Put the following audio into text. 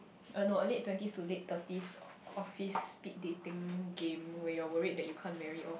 no a late twenties to late thirties office speed dating game when you are worry that you can't marry off